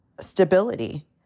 stability